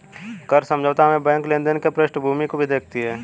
कर्ज समझौता में बैंक लेनदार की पृष्ठभूमि भी देखती है